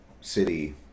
city